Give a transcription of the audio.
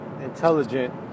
intelligent